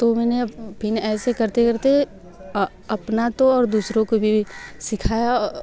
तो मैंने फिर ऐसे करते करते अपना तो और दूसरों को भी सिखाया